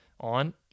on